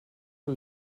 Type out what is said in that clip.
lin